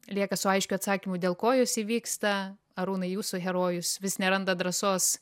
lieka su aiškiu atsakymu dėl ko jos įvyksta arūnai jūsų herojus vis neranda drąsos